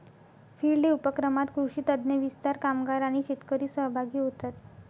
field day उपक्रमात कृषी तज्ञ, विस्तार कामगार आणि शेतकरी सहभागी होतात